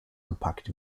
gepackt